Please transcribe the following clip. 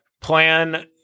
Plan